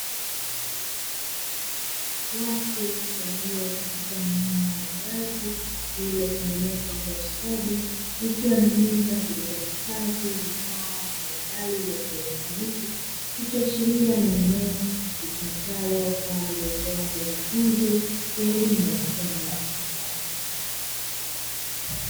Watu walio katika eneo la wazi lilotengenezwa kwa ustadi, likiwa na meza iliyohifadhi vifaa mbalimbali vya kielektroniki, ikiashiria ni eneo litumikalo kwa ajili ya utoaji wa mafunzo ya elimu ya ufundi.